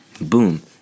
Boom